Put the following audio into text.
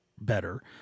better